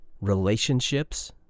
relationships